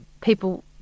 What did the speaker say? people